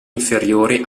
inferiori